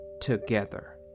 together